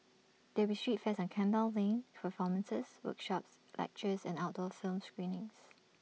there will be street fairs on Campbell lane performances workshops lectures and outdoor film screenings